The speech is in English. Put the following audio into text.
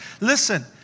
Listen